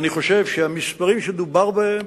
אני חושב שהמספרים שדובר בהם,